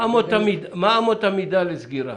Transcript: מה אמות המידה לסגירה?